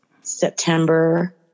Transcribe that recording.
September